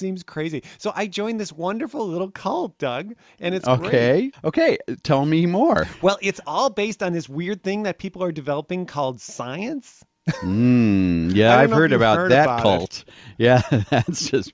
seems crazy so i joined this wonderful little cult doug and it's ok ok tell me more well it's all based on this weird thing that people are developing called science yeah i've heard about that alt yeah